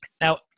now